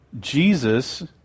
Jesus